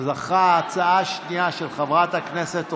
אז ההצעה השנייה, של חברת הכנסת רוזין,